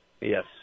Yes